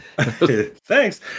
thanks